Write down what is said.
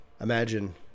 Imagine